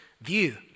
view